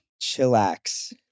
Chillax